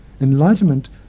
enlightenment